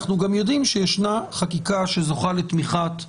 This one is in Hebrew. אנחנו גם יודעים שישנה חקיקה שזוכה לתמיכת הממשלה,